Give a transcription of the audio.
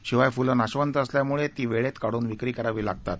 शिवाय फुल नाशवंत असल्यामुळे ती वेळेत काढून विक्री करावी लागतात